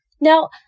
Now